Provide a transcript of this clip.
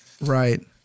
Right